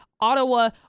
Ottawa-